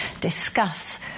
discuss